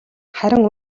харин